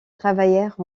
travaillèrent